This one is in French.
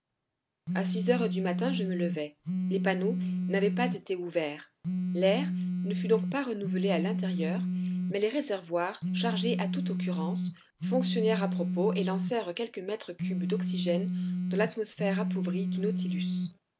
a six heures du matin je me levai les panneaux n'avaient pas été ouverts l'air ne fut donc pas renouvelé à l'intérieur mais les réservoirs chargés à toute occurrence fonctionnèrent à propos et lancèrent quelques mètres cubes d'oxygène dans l'atmosphère appauvrie du nautilus